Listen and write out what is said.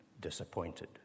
disappointed